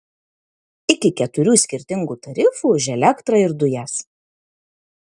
iki keturių skirtingų tarifų už elektrą ir dujas